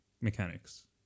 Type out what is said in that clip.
mechanics